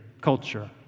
culture